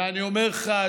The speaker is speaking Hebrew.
ואני אומר לך,